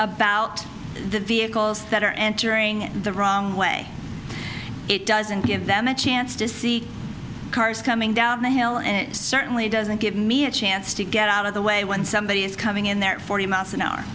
about the vehicles that are entering the wrong way it doesn't give them a chance to see cars coming down the hill and it certainly doesn't give me a chance to get out of the way when somebody is coming in their forty miles an hour